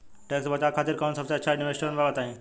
Tax बचावे खातिर कऊन सबसे अच्छा इन्वेस्टमेंट बा बताई?